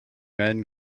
men